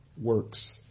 works